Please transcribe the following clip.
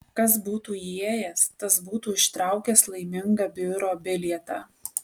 kas būtų įėjęs tas būtų ištraukęs laimingą biuro bilietą